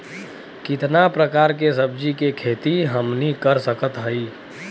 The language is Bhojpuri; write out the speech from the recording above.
कितना प्रकार के सब्जी के खेती हमनी कर सकत हई?